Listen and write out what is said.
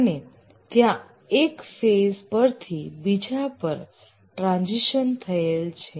અને ત્યાં એક ફેઝ પરથી બીજા પર ટ્રાન્ઝિશન થયેલ છે